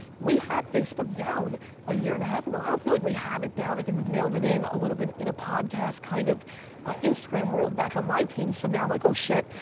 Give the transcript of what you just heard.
we had facebook down a year and a half ago. i don't feel like we have it down. i think we've mailed it in a little bit in a podcast kind of instagram world back on my team so now i'm like oh shit,